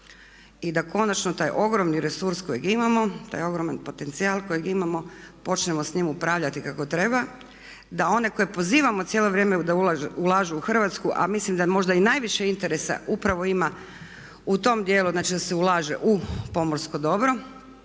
i da konačno taj ogromni resurs kojeg imamo, taj ogroman potencijal kojeg imamo počnemo s njim upravljati kako treba, da one koje pozivamo cijelo vrijeme da ulažu u Hrvatsku a mislim da možda i najviše interesa upravo ima u tom djelu znači da se ulaže u pomorsko dobro,